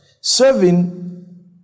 serving